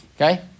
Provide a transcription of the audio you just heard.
Okay